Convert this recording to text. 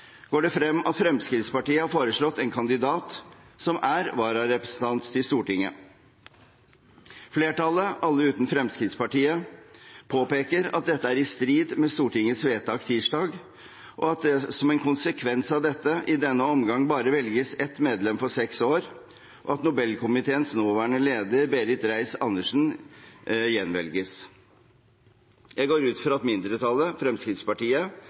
går det frem at Fremskrittspartiet har foreslått en kandidat som er vararepresentant til Stortinget. Flertallet, alle utenom Fremskrittspartiet, påpeker at dette er i strid med Stortingets vedtak tirsdag, og at det som en konsekvens av dette i denne omgang bare velges ett medlem for seks år, og at Nobelkomiteens nåværende leder, Berit Reiss-Andersen, gjenvelges. Jeg går ut fra at mindretallet, Fremskrittspartiet,